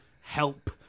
Help